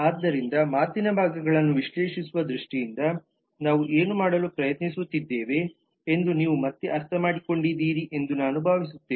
ಆದ್ದರಿಂದ ಮಾತಿನ ಭಾಗಗಳನ್ನು ವಿಶ್ಲೇಷಿಸುವ ದೃಷ್ಟಿಯಿಂದ ನಾವು ಏನು ಮಾಡಲು ಪ್ರಯತ್ನಿಸುತ್ತಿದ್ದೇವೆ ಎಂದು ನೀವು ಮತ್ತೆ ಅರ್ಥಮಾಡಿಕೊಂಡಿದ್ದೀರಿ ಎಂದು ನಾನು ಭಾವಿಸುತ್ತೇನೆ